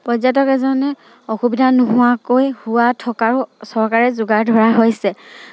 পৰ্যটক এজনে অসুবিধা নোহোৱাকৈ থকাৰো চৰকাৰে যোগাৰ ধৰিছে